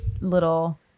little